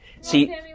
see